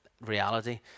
reality